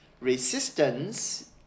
resistance